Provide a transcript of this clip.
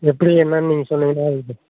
எப்படி என்னென்னு நீங்கள் சொன்னீங்கன்னால்